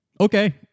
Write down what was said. Okay